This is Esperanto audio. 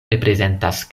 reprezentas